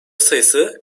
sayısı